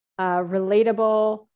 relatable